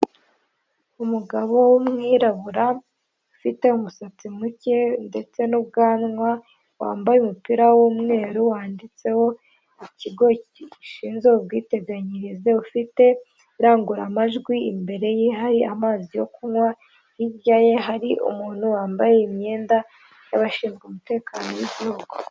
Umugabo w'umwirabura ufite umusatsi muke ndetse n'ubwanwa, wambaye umupira w'umweru wanditseho ikigo gishinzwe ubwiteganyirize, ufite iranguraramajwi imbere ye hari amazi yo kunywa, hirya ye hari umuntu wambaye imyenda y'abashinzwe umutekano w'igihugu.